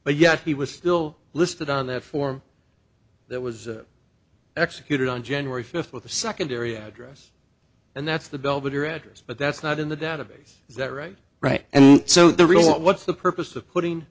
but yet he was still listed on that form that was executed on january fifth with a secondary address and that's the belvedere address but that's not in the database is that right right and so the real what what's the purpose of putting